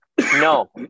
no